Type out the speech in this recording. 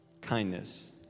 Kindness